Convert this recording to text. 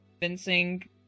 convincing